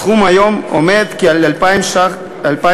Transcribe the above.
הסכום היום הוא כ-2,000 ש"ח,